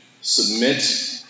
submit